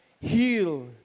heal